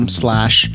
slash